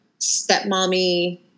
stepmommy